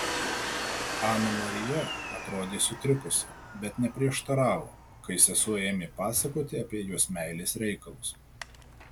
ana marija atrodė sutrikusi bet neprieštaravo kai sesuo ėmė pasakoti apie jos meilės reikalus